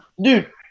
Dude